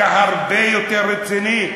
אתה הרבה יותר רציני.